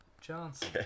Johnson